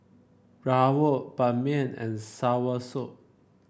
rawon Ban Mian and soursop